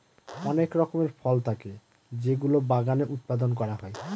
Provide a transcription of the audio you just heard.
অনেক রকমের ফল থাকে যেগুলো বাগানে উৎপাদন করা হয়